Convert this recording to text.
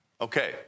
Okay